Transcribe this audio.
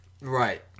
Right